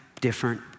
different